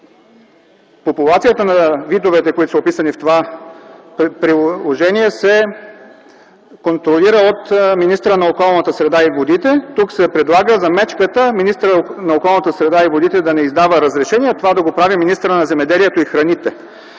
популацията на видовете, които са описани в това приложение, се контролира от министъра на околната среда и водите. Тук се предлага за мечката министърът на околната среда и водите да не издава разрешение, а това да го прави министърът на земеделието и храните.